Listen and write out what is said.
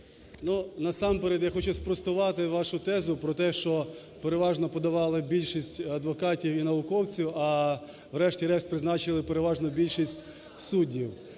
насамперед я хочу спростувати вашу тезу про те, що переважно подавали більшість адвокатів і науковців, а врешті-решт призначили переважну більшість суддів.